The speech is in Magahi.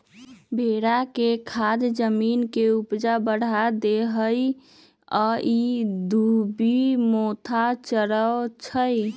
भेड़ा के खाद जमीन के ऊपजा बढ़ा देहइ आ इ दुभि मोथा चरै छइ